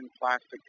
plastic